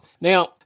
Now